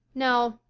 no,